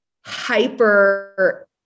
hyper